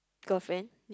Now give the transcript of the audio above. girlfriend